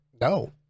No